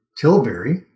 Tilbury